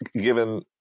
given